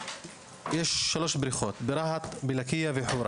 אבל יש שלוש בריכות ברהט, בלקיה ובחורה.